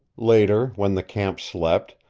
later, when the camp slept,